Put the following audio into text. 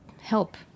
help